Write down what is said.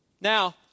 Now